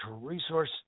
resource